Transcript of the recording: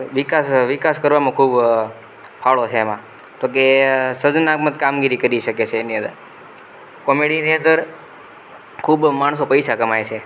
વિકાસ વિકાસ કરવામાં ખૂબ ફાળો છે એમાં તો કહે સર્જનાત્મક કામગીરી કરી શકે છે એની અંદર કોમેડીની અંદર ખૂબ માણસો પૈસા કમાય છે